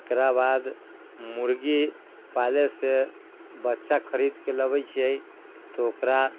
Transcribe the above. एकरा बाद मुर्गी पालै से बच्चा खरीद के लबै छियै तऽ ओकरा